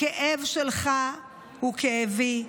הכאב שלך הוא כאבי.